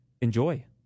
enjoy